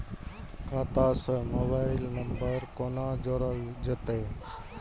खाता से mobile number कोना जोरल जेते?